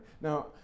Now